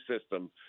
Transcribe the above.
system